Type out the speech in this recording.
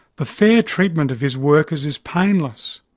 the fair treatment of his workers is painless.